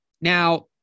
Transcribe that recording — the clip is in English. now